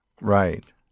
Right